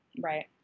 right